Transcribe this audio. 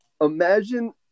Imagine